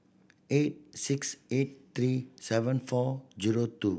eight six eight three seven four zero two